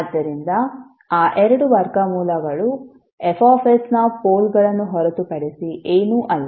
ಆದ್ದರಿಂದ ಆ ಎರಡು ವರ್ಗಮೂಲಗಳು Fsನ ಪೋಲ್ಗಳನ್ನು ಹೊರತುಪಡಿಸಿ ಏನೂ ಅಲ್ಲ